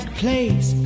place